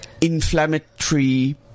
inflammatory